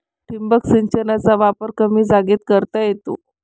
ठिबक सिंचनाचा वापर कमी जागेत करता येतो